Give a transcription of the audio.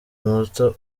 muto